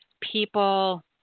people